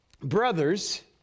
brothers